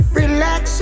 relax